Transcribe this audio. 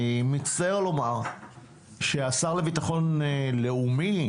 אני מצטער לומר שהשר לביטחון לאומי,